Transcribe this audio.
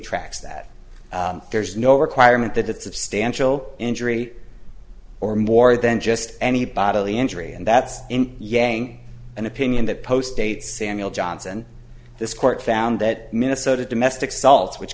tracks that there's no requirement that it substantial injury or more than just any bodily injury and that's yang an opinion that post dates samuel johnson this court found that minnesota domestic salts which